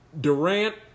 Durant